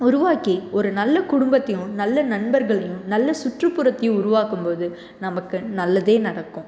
உருவாக்கி ஒரு நல்ல குடும்பத்தையும் நல்ல நண்பர்களையும் நல்ல சுற்றுப்புறத்தையும் உருவாக்கும் போது நமக்கு நல்லதே நடக்கும்